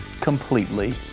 completely